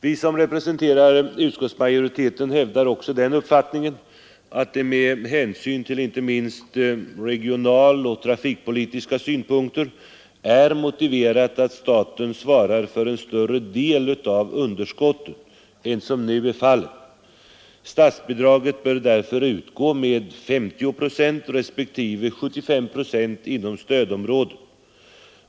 Vi som representerar utskottsmajoriteten hävdar också den uppfattningen att det med hänsyn till inte minst regionaloch trafikpolitiska synpunkter är motiverat att staten svarar för en större del av underskottet än som nu är fallet. Statsbidraget bör därför utgå med 50 respektive 75 procent inom det inre stödområdet.